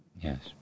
yes